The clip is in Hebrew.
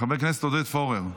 חבר הכנסת עודד פורר,